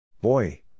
Boy